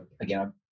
again